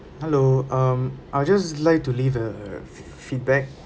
hello um I'll just like to leave a feedback